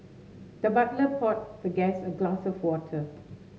the butler poured the guest a glass of water